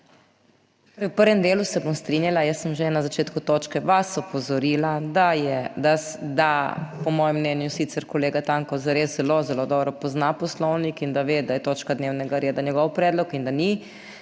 v prvem delu se bom strinjala. Jaz sem že na začetku točke vas opozorila, da je, da po mojem mnenju, sicer kolega Tanko zares zelo, zelo dobro pozna Poslovnik in da ve, da je točka dnevnega reda njegov predlog in da ni